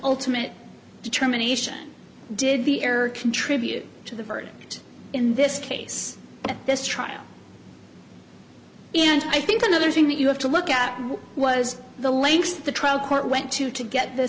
ultimate determination did the error contribute to the verdict in this case at this trial and i think another thing that you have to look at was the lengths the trial court went to to get the